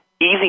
easy